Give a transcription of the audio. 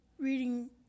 reading